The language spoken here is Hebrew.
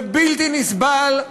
זה בלתי נסבל,